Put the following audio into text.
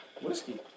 Whiskey